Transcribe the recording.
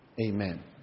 Amen